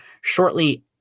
shortly